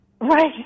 Right